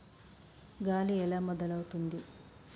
గాలి ఎలా మొదలవుతుంది?